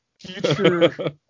Future